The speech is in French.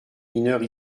mineurs